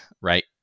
right